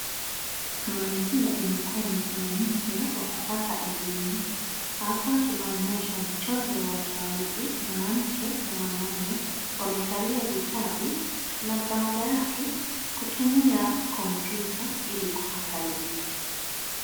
Teknolojia imekuwa mfumo mpya wa kupata elimu. Hapa tunaonyeshwa michoro ya watu wawili, mwanamke na mwanaume wamekalia vitabu na baada yake kutumia kompyuta ili kupata elimu.